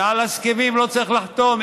שעל הסכמים לא צריכים לחתום,